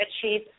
achieve